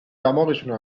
دماغشونو